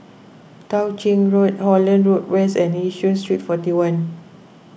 Tao Ching Road Holland Road West and Yishun Street forty one